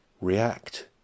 react